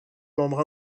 membre